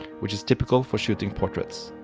which is typical for shooting portraits.